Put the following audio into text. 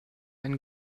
einen